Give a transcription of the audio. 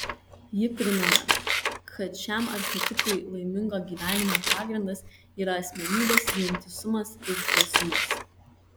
ji primena kad šiam archetipui laimingo gyvenimo pagrindas yra asmenybės vientisumas ir tiesumas